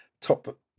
top